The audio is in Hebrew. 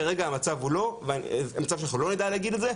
כרגע המצב הוא שאנחנו לא נדע להגיד את זה,